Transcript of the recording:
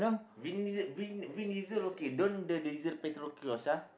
Vin-Di~ Vin Vin-Diesel okay don't diesel petrol kiosk ah